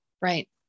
Right